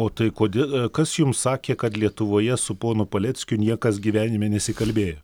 o tai kodė kas jums sakė kad lietuvoje su ponu paleckiu niekas gyvenime nesikalbėjo